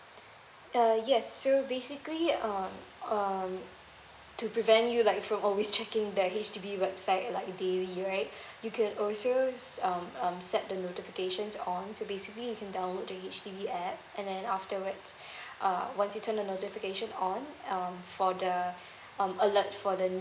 err yes so basically um um to prevent you like from always checking the H_D_B website like daily right you can also um um set the notifications on so basically you can download the H_D_B app and then afterwards uh once you turn on notification on um for the um alert for the